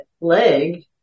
leg